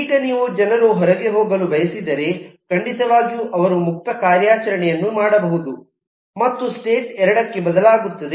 ಈಗ ನೀವು ಜನರು ಹೊರಗೆ ಹೋಗಲು ಬಯಸಿದರೆ ಖಂಡಿತವಾಗಿಯೂ ಅವರು ಮುಕ್ತ ಕಾರ್ಯಾಚರಣೆಯನ್ನು ಮಾಡಬಹುದು ಮತ್ತು ಸ್ಟೇಟ್ 2 ಕ್ಕೆ ಬದಲಾಗುತ್ತದೆ